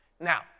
Now